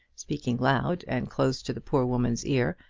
speaking loud, and close to the poor woman's ear,